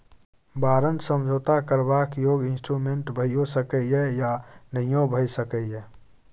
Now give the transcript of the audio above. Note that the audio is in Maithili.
बारंट समझौता करबाक योग्य इंस्ट्रूमेंट भइयो सकै यै या नहियो भए सकै यै